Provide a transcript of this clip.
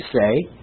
say